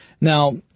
Now